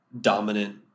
dominant